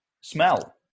smell